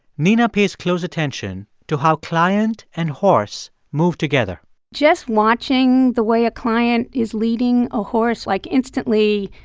nina pays close attention to how client and horse move together just watching the way a client is leading a horse, like, instantly,